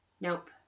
Nope